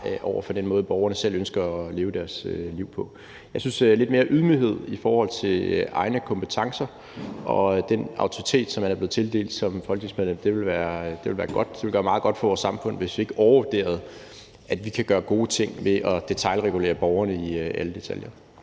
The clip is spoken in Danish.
over for den måde, borgerne selv ønsker at leve deres liv på. Jeg synes, at lidt mere ydmyghed i forhold til egne kompetencer og den autoritet, som man er blevet tildelt som folketingsmedlem, ville være godt; det ville gøre meget godt for vores samfund, hvis vi ikke overvurderede, at vi kan gøre gode ting ved at detailregulere borgerne i alle detaljer.